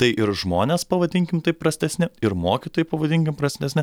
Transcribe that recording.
tai ir žmonės pavadinkim taip prastesni ir mokytojai pavadinkim prastesni